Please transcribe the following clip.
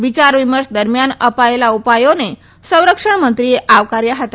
વિયાર વિમર્શ દરમિયાન અપાયેલા ઉપાયોને સંરક્ષણ મંત્રીએ આવકાર્યા હતા